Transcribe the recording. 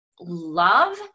love